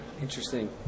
Interesting